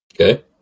Okay